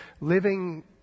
living